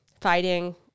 fighting